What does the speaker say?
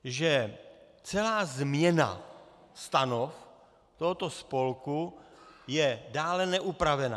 Že celá změna stanov tohoto spolku je dále neupravena.